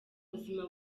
buzima